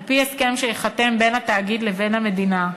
על-פי הסכם שייחתם בין התאגיד לבין המדינה,